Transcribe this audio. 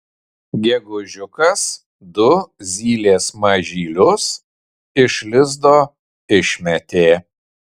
gegužiukas du zylės mažylius iš lizdo išmetė